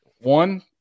one